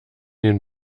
den